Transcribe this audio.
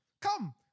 Come